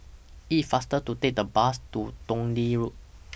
IT IS faster to Take The Bus to Dundee Road